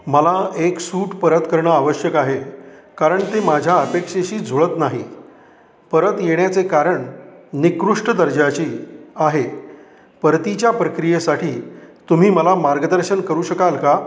मला एक सूट परत करणं आवश्यक आहे कारण ते माझ्या अपेक्षेशी जुळत नाही परत येण्याचे कारण निकृष्ट दर्जाची आहे परतीच्या प्रक्रियेसाठी तुम्ही मला मार्गदर्शन करू शकाल का